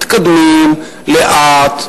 מתקדמים לאט,